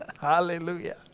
Hallelujah